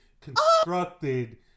constructed